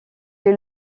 est